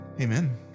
Amen